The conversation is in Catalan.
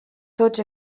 tots